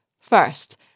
First